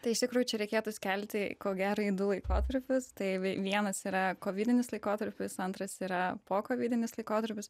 tai iš tikrųjų čia reikėtų skelti ko gero į du laikotarpius tai vienas yra kovidnis laikotarpis antras yra pokovidinis laikotarpis